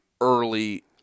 early